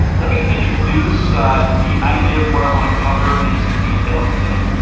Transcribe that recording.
let me introduce the idea of what i want to cover in some detail today.